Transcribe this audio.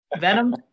venom